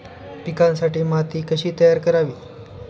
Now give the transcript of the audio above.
पिकांसाठी माती कशी तयार करावी?